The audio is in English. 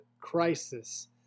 crisis